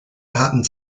hatten